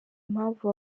impamvu